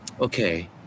Okay